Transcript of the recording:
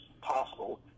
possible